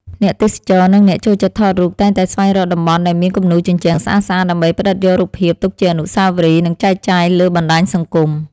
អ្នកទេសចរ និងអ្នកចូលចិត្តថតរូប តែងតែស្វែងរកតំបន់ដែលមានគំនូរជញ្ជាំងស្អាតៗ ដើម្បីផ្ដិតយករូបភាពទុកជាអនុស្សាវរីយ៍ និងចែកចាយលើបណ្ដាញសង្គម។